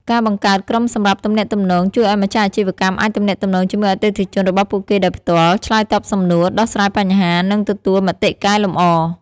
ការបង្កើតក្រុមសម្រាប់ទំនាក់ទំនង ជួយឱ្យម្ចាស់អាជីវកម្មអាចទំនាក់ទំនងជាមួយអតិថិជនរបស់ពួកគេដោយផ្ទាល់ ឆ្លើយតបសំណួរ ដោះស្រាយបញ្ហា និងទទួលមតិកែលម្អ។